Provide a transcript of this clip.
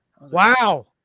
Wow